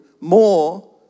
more